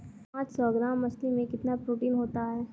पांच सौ ग्राम मछली में कितना प्रोटीन होता है?